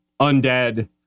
undead